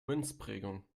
münzprägung